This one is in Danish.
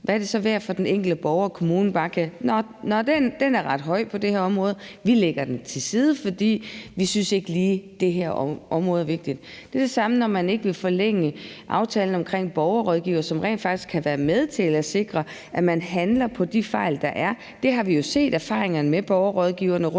hvad er det så værd for den enkelte borger, at kommunen bare kan sige: Nå, den er ret høj på det her område; vi lægger den til side, fordi vi ikke lige synes, det her område er vigtigt. Det er det samme, når man ikke vil forlænge aftalen omkring borgerrådgivere, som rent faktisk kan være med til at sikre, at man handler på de fejl, der er. Vi har jo set af erfaringerne med borgerrådgiverne rundtom